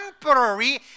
temporary